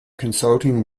consulting